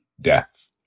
death